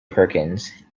perkins